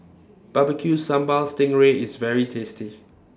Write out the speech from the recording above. Barbecue Sambal Sting Ray IS very tasty